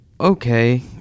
okay